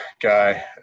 guy